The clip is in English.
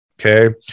Okay